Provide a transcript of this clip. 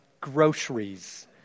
groceries